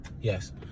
Yes